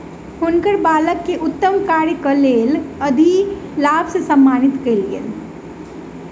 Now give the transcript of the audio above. हुनकर बालक के उत्तम कार्यक लेल अधिलाभ से सम्मानित कयल गेल